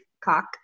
cock